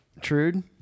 Trude